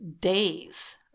days